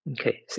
Okay